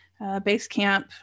Basecamp